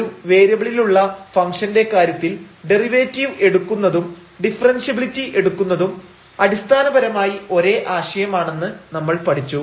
ഒരു വേരിയബിളിലുള്ള ഫംഗ്ഷന്റെ കാര്യത്തിൽ ഡെറിവേറ്റീവ് എടുക്കുന്നതും ഡിഫറെൻഷ്യബിലിറ്റി എടുക്കുന്നതും അടിസ്ഥാനപരമായി ഒരേ ആശയം ആണെന്ന് നമ്മൾ പഠിച്ചു